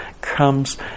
comes